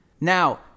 Now